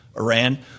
Iran